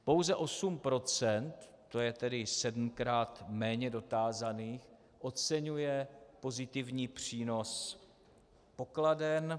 Pouze 8 %, to je tedy sedmkrát méně dotázaných, oceňuje pozitivní přínos pokladen.